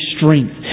strength